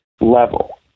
level